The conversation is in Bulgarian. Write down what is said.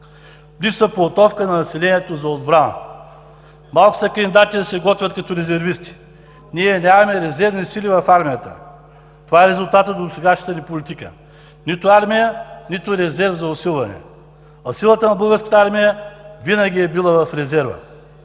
Липсва подготовка на населението за отбрана. Малко са кандидатите да се готвят като резервисти. Ние нямаме резервни сили в армията. Това е резултатът от досегашната ни политика – нито армия, нито резерв за усилване, а силата на Българската армия винаги е била в резерва.